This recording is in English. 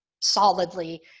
solidly